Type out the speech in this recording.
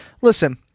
Listen